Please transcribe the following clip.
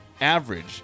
average